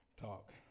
talk